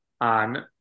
on